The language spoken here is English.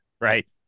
Right